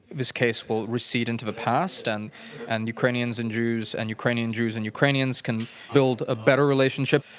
this case will recede into the past, and and ukrainians and jews and ukrainian jews and ukrainians can build a better relationship.